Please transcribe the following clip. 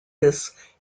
this